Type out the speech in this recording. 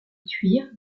thuir